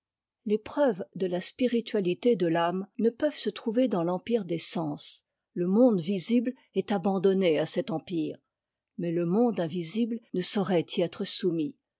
les preuves de la spiritualité de l'âme ne peuvent se trouver dans l'empire des sens le monde visible est abandonné à cet empire mais le monde invisibte ne saurait y être soumis